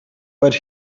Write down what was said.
but